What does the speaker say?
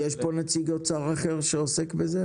יש פה נציג אוצר אחר שעוסק בזה?